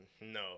No